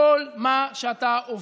כל מה שאתה עובר.